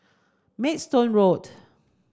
Maidstone Road